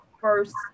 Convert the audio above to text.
first